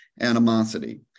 animosity